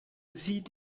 sie